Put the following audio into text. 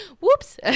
Whoops